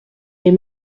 les